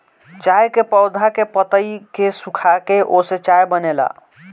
चाय के पौधा के पतइ के सुखाके ओसे चाय बनेला